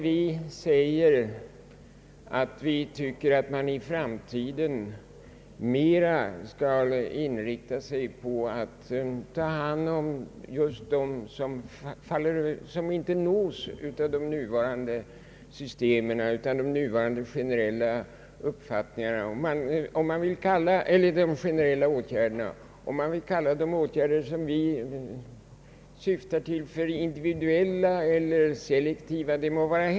Vi säger att vi anser att man i framtiden mera bör inrikta sig på att ta hand om de människor som inte nås genom de nuvarande generella åtgärderna — om de åtgärder som vi syftar till skall kallas individuella eller selektiva, det må vara.